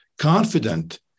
confident